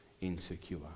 Insecure